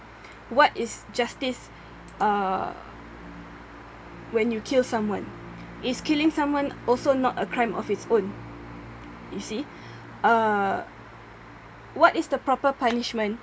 what is justice uh when you kill someone is killing someone also not a crime of it's own you see uh what is the proper punishment